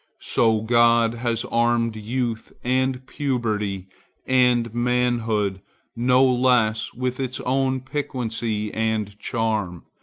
so god has armed youth and puberty and manhood no less with its own piquancy and charm,